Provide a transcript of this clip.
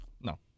no